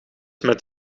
met